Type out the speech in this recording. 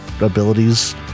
abilities